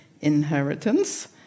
inheritance